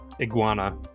Iguana